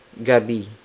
gabi